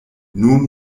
nun